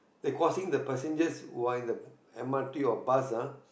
they causing the passengers who are in the m_r_t or bus ah